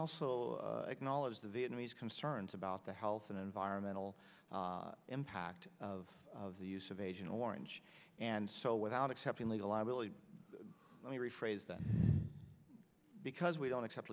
also acknowledged the vietnamese concerns about the health and environmental impact of the use of agent orange and so without accepting legal liability let me rephrase that because we don't accept